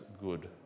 good